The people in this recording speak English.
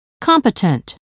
competent